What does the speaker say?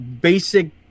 basic